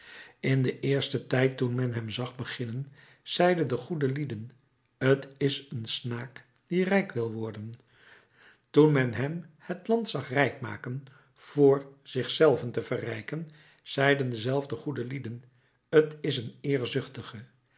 in den eersten tijd toen men hem zag beginnen zeiden de goede lieden t is een snaak die rijk wil worden toen men hem het land zag rijk maken vr zich zelven te verrijken zeiden dezelfde goede lieden t is een